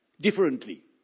differently